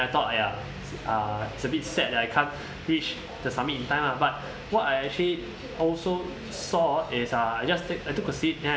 then I thought !aiya! uh it's a bit sad lah I can't reach the summit in time lah but what I actually also saw is uh I just I took a seat